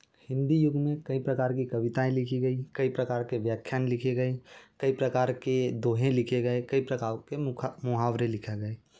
हिंदी युग में कई प्रकार की कविताएँ लिखी गईं कई प्रकार के व्याख्यान लिखे गए कई प्रकार के दोहे लिखे गए कई प्रकार के मुखा मुहावरे लिखा गए